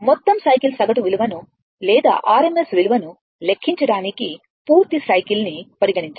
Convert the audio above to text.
మొత్తం సైకిల్ సగటు విలువను లేదా RMS విలువను లెక్కించడానికి పూర్తి సైకిల్ ని పరిగణించాలి